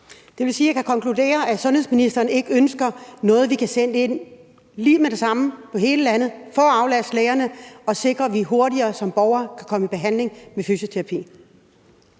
Det vil sige, at jeg kan konkludere, at sundhedsministeren ikke ønsker noget, vi kan sætte ind med lige med samme i hele landet for at aflaste lægerne og sikre, at vi som borgere hurtigere kan komme i behandling med fysioterapi.